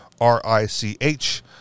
R-I-C-H